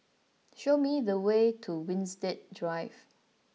show me the way to Winstedt Drive